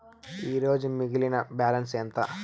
ఈరోజు మిగిలిన బ్యాలెన్స్ ఎంత?